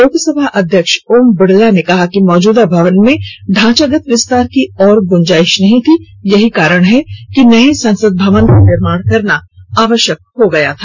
लोकसभा अध्यक्ष ओम बिड़ला ने कहा कि मौजूदा भवन में ढांचागत विस्तार की और गुंजाइश नहीं थी यही कारण है कि नए संसद भवन को निर्माण करना आवश्यक हो गया था